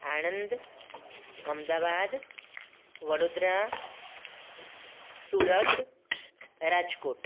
Anand Ahmedabad Vadodara Surat Rajkot